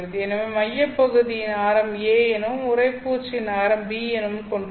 எனவே மையப்பகுதியின் ஆரம் a எனவும் உறைபூச்சின் ஆரம் b எனவும் கொண்டுள்ளது